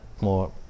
more